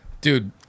dude